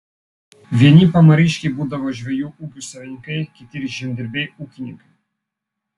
vieni pamariškiai būdavo žvejų ūkių savininkai kiti žemdirbiai ūkininkai